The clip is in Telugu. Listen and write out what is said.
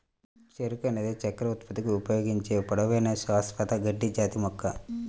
చెరకు అనేది చక్కెర ఉత్పత్తికి ఉపయోగించే పొడవైన, శాశ్వత గడ్డి జాతి మొక్క